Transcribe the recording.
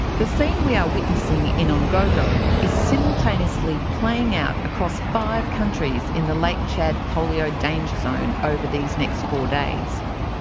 the scene we are witnessing in ungogo is simultaneously playing out across five countries in the lake like chad polio danger zone over these next four days.